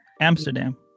Amsterdam